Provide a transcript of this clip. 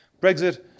Brexit